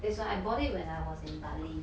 that's why I bought it when I was in